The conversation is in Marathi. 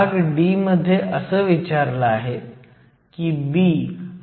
भाग सी आपल्याला बिल्ट इन पोटेन्शियलची गणना करायची आहे